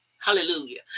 Hallelujah